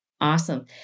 Awesome